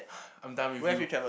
I'm done with you